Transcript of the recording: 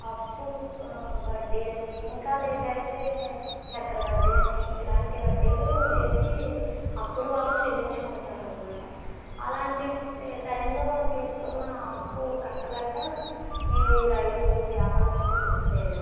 అప్పుకి వడ్డీ అని ఇంకా లేట్ అయితే చక్రవడ్డీ అని ఇలాంటి వడ్డీలు వేసి అప్పులు వాళ్ళు చెల్లించుకుంటారన్నమాట అలాంటి టైమ్లో తీసుకున్న అప్పు కట్టలేక ఈ రైతులు వ్యాపారస్తులు అదే